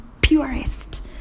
purest